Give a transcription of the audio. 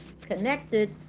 connected